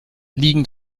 liegen